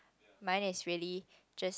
mine is really just